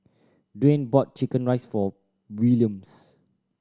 Dayne bought chicken rice for Williams